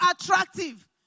attractive